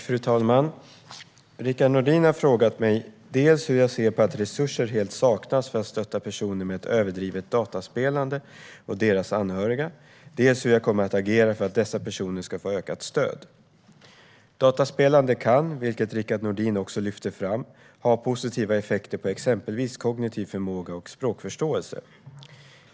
Fru talman! Rickard Nordin har frågat mig dels hur jag ser på att resurser helt saknas för att stötta personer med ett överdrivet dataspelande och deras anhöriga, dels hur jag kommer att agera för att dessa personer ska få ökat stöd. Dataspelande kan, vilket Rickard Nordin också lyfter fram, ha positiva effekter på exempelvis kognitiv förmåga och språkförståelse.